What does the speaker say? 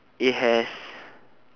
it has